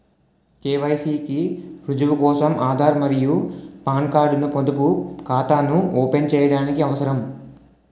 KYC కి రుజువు కోసం ఆధార్ మరియు పాన్ కార్డ్ ను పొదుపు ఖాతాను ఓపెన్ చేయడానికి అవసరం